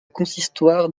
consistoire